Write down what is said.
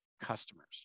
customers